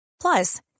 Plus